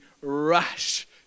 rush